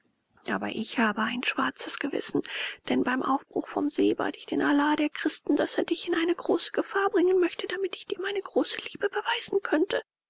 aber habe ein schwarzes gewissen denn beim aufbruch vom see bat ich den allah der christen daß er dich in eine große gefahr bringen möchte damit ich dir meine große liebe beweisen könnte